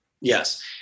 Yes